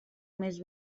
més